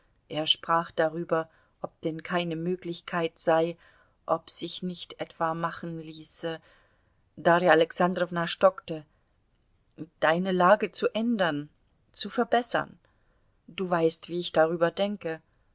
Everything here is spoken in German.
er sprach darüber ob denn keine möglichkeit sei ob es sich nicht machen ließe darja alexandrowna stockte deine lage zu ändern zu verbessern du weißt wie ich darüber denke